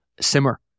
simmer